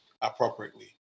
appropriately